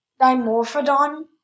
Dimorphodon